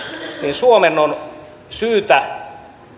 suomen on syytä